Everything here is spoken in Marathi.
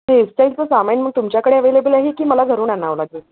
हेरस्टाईलचं सामान मग तुमच्याकडे अवेलेबल आहे की मला घरून आणावं लागेल